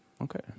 Okay